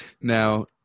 Now